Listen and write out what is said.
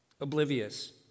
Oblivious